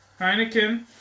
Heineken